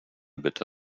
bitte